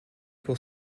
pour